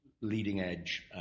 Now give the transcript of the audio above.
leading-edge